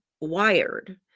wired